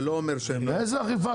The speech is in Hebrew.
זה לא אומר שהם --- איזה אכיפה?